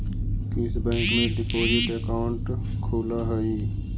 किस बैंक में deposit account खुलअ हई